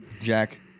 Jack